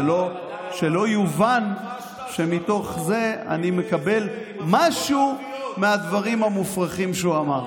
שלא יובן שמתוך זה אני מקבל משהו מהדברים המופרכים שהוא אמר.